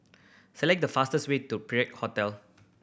select the fastest way to Perak Hotel